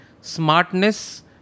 smartness